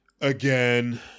again